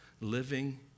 living